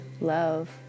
love